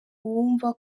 uwumva